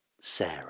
Sarah